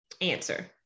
answer